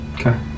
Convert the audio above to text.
Okay